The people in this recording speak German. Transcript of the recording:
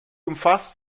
umfasst